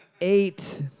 eight